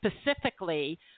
specifically